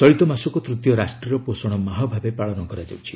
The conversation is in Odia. ଚଳିତମାସକୁ ତୃତୀୟ ରାଷ୍ଟ୍ରୀୟ ପୋଷଣ ମାହ ଭାବେ ପାଳନ କରାଯାଉଛି